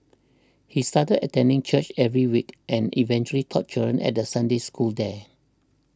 he started attending church every week and eventually taught children at Sunday school there